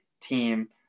team